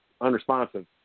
unresponsive